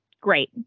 great